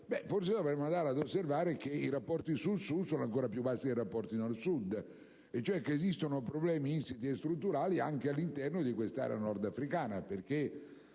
forse bisognerebbe anche osservare che i rapporti Sud‑Sud sono ancora più bassi dei rapporti Nord‑Sud, e cioè che esistono problemi insiti e strutturali anche all'interno dell'area nordafricana.